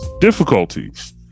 difficulties